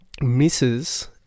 misses